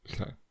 okay